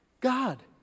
God